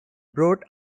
brought